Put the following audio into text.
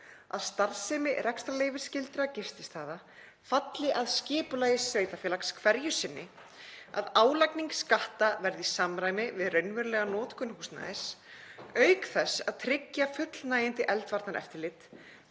að starfsemi rekstrarleyfisskyldra gististaða falli að skipulagi sveitarfélags hverju sinni, að álagning skatta verði í samræmi við raunverulega notkun húsnæðis, auk þess að tryggja fullnægjandi eldvarnaeftirlit,